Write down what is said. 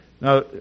Now